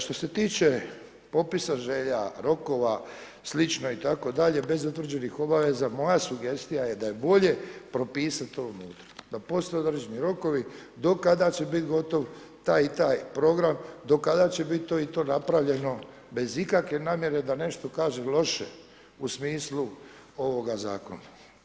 Što se tiče popisa želja, rokova, slično itd., bez utvrđenih obaveza moja sugestija je da je bolje propisat ... da postoje određeni rokovi do kada će biti gotov taj i taj program, do kada će biti to i to napravljeno bez ikakve namjere da nešto kažem loše u smislu ovoga Zakona.